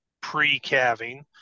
pre-calving